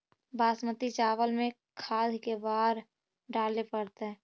बासमती चावल में खाद के बार डाले पड़तै?